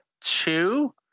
two